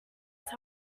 top